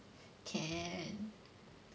and then